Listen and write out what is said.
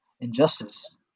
injustice